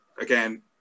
again